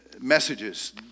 messages